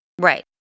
Right